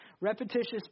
repetitious